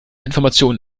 information